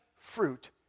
fruit